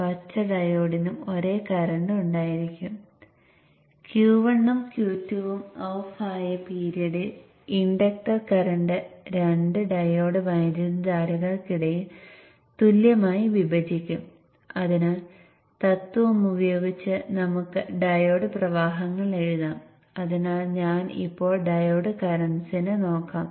അതിനാൽ എല്ലാ സ്വിച്ചുകളുടെയും വോൾട്ടേജ് റേറ്റിംഗുകൾ Vin നേക്കാൾ വലുതായിരിക്കണം